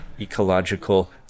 ecological